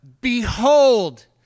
behold